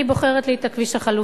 אני בוחרת לי את הכביש החלופי.